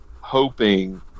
hoping